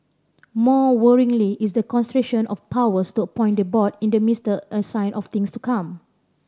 more worryingly is the concentration of powers to appoint the board in the minister a sign of things to come